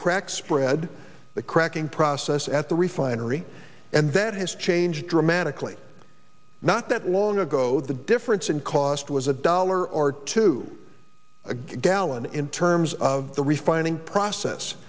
cracks bread the cracking process at the refinery and that has changed dramatically not that long ago the difference in cost was a dollar or two a gallon in terms of the refining process